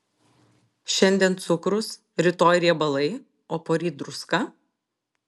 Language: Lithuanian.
šiandien cukrus rytoj riebalai o poryt druska